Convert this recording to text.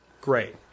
Great